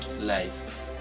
life